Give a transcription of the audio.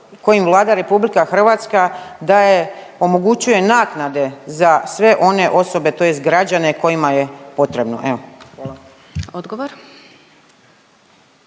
kojim Vlada RH daje omogućuje naknade za sve one osobe tj. građane kojima je potrebno. Evo hvala. **Glasovac,